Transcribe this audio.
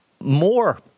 more